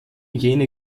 jene